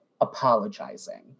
apologizing